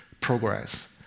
progress